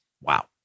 Wow